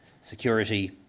security